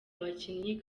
abakinnyi